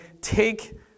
take